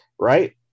right